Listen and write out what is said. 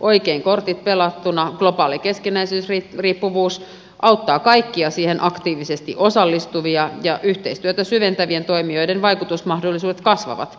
oikein kortit pelattuna globaali keskinäisriippuvuus auttaa kaikkia siihen aktiivisesti osallistuvia ja yhteistyötä syventävien toimijoiden vaikutusmahdollisuudet kasvavat